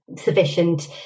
sufficient